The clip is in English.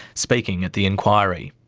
speaking at the inquiry.